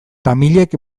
tamilek